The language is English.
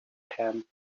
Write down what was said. camp